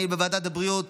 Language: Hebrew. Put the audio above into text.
אני בוועדת הבריאות